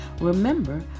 Remember